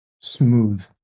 smooth